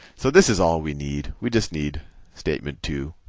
so this is all we need. we just need statement two.